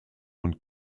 und